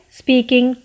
speaking